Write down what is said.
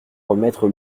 remettre